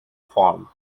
form